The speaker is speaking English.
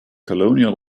colonial